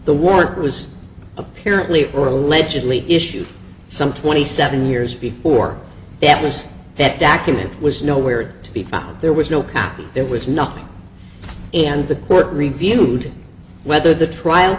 the warrant was apparently or allegedly issued some twenty seven years before that was that document was nowhere to be found there was no copy there was nothing and the court reviewed whether the trial